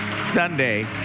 Sunday